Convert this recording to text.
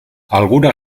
alguna